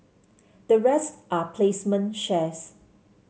the rest are placement shares